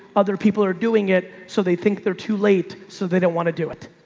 other people are doing it so they think they're too late so they didn't want to do it.